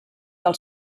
del